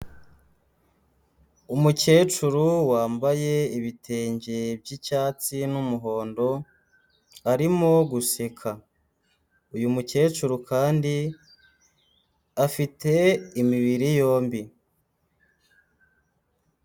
Umukecuru wambaye ibitenge by'icyatsi n'umuhondo, arimo guseka. Uyu mukecuru kandi afite imibiri yombi.